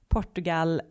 Portugal